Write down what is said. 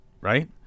right